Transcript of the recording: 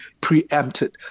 preempted